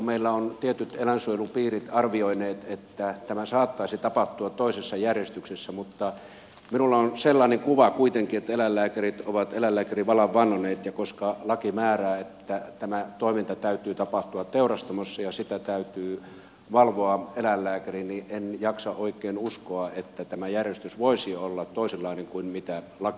meillä ovat tietyt eläinsuojelupiirit arvioineet että tämä saattaisi tapahtua toisessa järjestyksessä mutta minulla on sellainen kuva kuitenkin että eläinlääkärit ovat eläinlääkärivalan vannoneet ja koska laki määrää että tämän toiminnan täytyy tapahtua teurastamossa ja sitä täytyy valvoa eläinlääkärin niin en jaksa oikein uskoa että tämä järjestys voisi olla toisenlainen kuin laki määrää